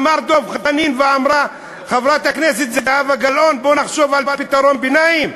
אמר דב חנין ואמרה חברת הכנסת זהבה גלאון: בואו נחשוב על פתרון ביניים,